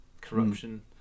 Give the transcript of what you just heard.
corruption